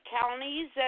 counties